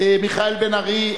מיכאל בן-ארי,